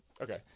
Okay